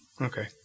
Okay